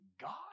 God